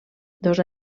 dos